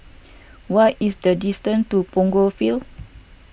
what is the distance to Punggol Field